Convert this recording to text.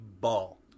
Ball